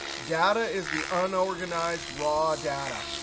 data is the unorganized raw data.